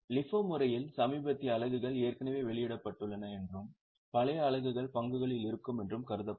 LIFO முறையில் சமீபத்திய அலகுகள் ஏற்கனவே வெளியிடப்பட்டுள்ளன என்றும் பழைய அலகுகள் பங்குகளில் இருக்கும் என்றும் கருதப்படும்